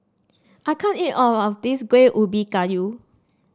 I can't eat all of this Kueh Ubi Kayu